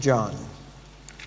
John